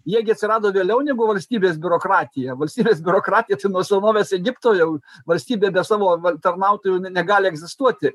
jie gi atsirado vėliau negu valstybės biurokratija valstybės biurokratija tai nuo senovės egipto jau valstybė be savo tarnautojų ne negali egzistuoti